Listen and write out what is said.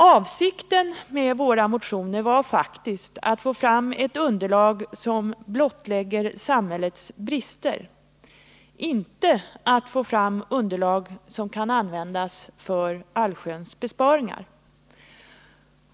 Avsikten med våra motioner var faktiskt att få fram ett underlag som blottlägger samhällets brister — inte att få fram underlag som kan användas till allsköns besparingar.